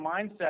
mindset